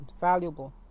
valuable